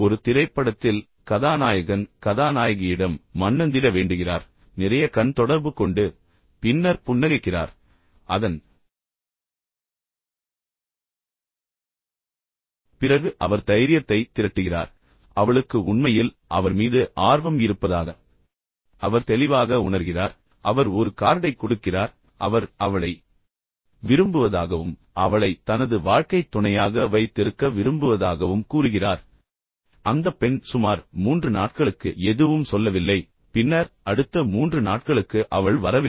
ஒரு திரைப்படத்தில் கதாநாயகன் கதாநாயகியிடம் மண்ணந்திட வேண்டுகிறார் நிறைய கண் தொடர்பு கொண்டு பின்னர் புன்னகைக்கிறார் அதன் பிறகு அவர் தைரியத்தை திரட்டுகிறார் அவளுக்கு உண்மையில் அவர் மீது ஆர்வம் இருப்பதாக அவர் தெளிவாக உணர்கிறார் பின்னர் அவர் ஒரு கார்டை கொடுக்கிறார் பின்னர் அவர் அவளை விரும்புவதாகவும் அவளை தனது வாழ்க்கைத் துணையாக வைத்திருக்க விரும்புவதாகவும் கூறுகிறார் ஆனால் பின்னர் அந்தப் பெண் சுமார் 3 நாட்களுக்கு எதுவும் சொல்லவில்லை பின்னர் அடுத்த 3 நாட்களுக்கு அவள் வரவில்லை